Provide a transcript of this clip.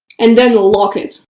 and then lock it,